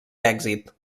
èxit